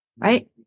right